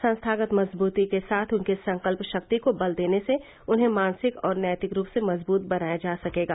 संस्थागत मजबूती के साथ उनकी संकल्प शक्ति को बल देने से उन्हें मानसिक और नैतिक रूप से मजबूत बनाया जा सकेगा